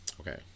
Okay